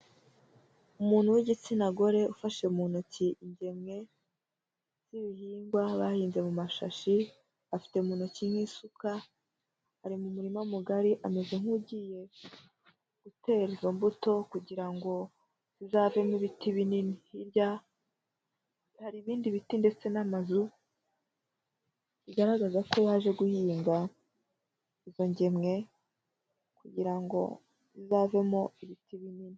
Umuntu w'igitsina gore ufashe mu ntoki ingemwe z'ibihingwa bahinze mu mashashi, afite mu ntoki nk'isuka ari mu murima mugari, ameze nk'ugiye gutera izo mbuto kugira ngo zizavemo ibiti binini, hirya hari ibindi biti ndetse n'amazu, bigaragaza ko baje guhinga izo ngemwe, kugira ngo zizavemo ibiti binini.